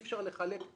אי-אפשר לחלק את